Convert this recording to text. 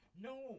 No